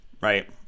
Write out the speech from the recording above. right